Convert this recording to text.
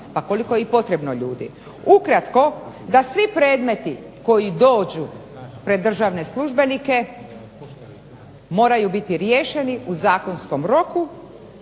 pa koliko je i potrebno ljudi. Ukratko, da svi predmeti koji dođu pred državne službenike moraju biti riješeni u zakonskom roku,